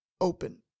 open